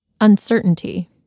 Uncertainty